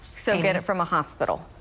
so get it from a hospital.